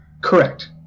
Correct